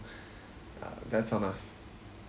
uh that's on us